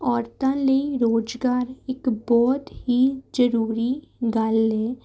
ਔਰਤਾਂ ਲਈ ਰੁਜ਼ਗਾਰ ਇੱਕ ਬਹੁਤ ਹੀ ਜ਼ਰੂਰੀ ਗੱਲ ਹੈ